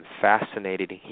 fascinated